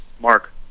Mark